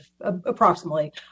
approximately